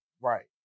right